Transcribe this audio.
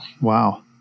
Wow